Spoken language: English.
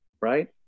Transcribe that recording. Right